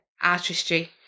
artistry